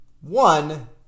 One